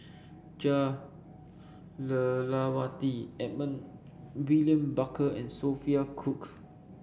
Jah Lelawati Edmund William Barker and Sophia Cooke